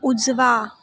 उजवा